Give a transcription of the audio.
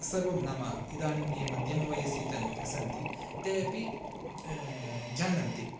सर्वं नाम इदानीं ये मध्यमवयसि तन् सन्ति ते अपि जानन्ति